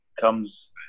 comes